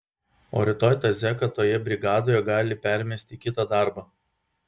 o rytoj tą zeką toje brigadoje gali permesti į kitą darbą